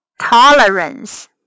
tolerance